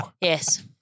Yes